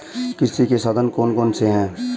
कृषि के साधन कौन कौन से हैं?